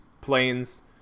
planes